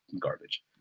garbage